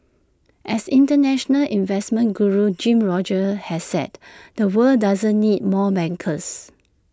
as International investment Guru Jim Rogers has said the world doesn't need more bankers